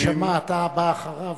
חבר הכנסת שאמה, אתה הבא אחריו.